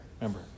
remember